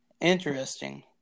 Interesting